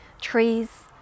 trees